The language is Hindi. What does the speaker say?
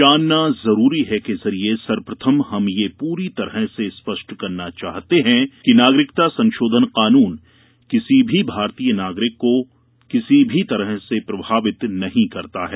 जानना जरूरी है के जरिए सर्वप्रथम हम ये पूरी तरह से स्पष्ट करना चाहते है कि नागरिकता संशोधन कानून किसी भी भारतीय नागरिक को किसी भी तरह से प्रभावित नहीं करता है